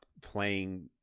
playing